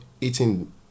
eating